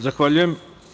Zahvaljujem.